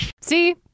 See